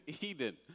Eden